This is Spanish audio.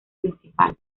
principal